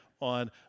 on